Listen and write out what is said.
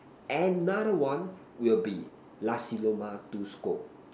another one will be Nasi-Lemak two scoop